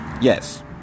Yes